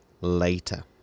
Later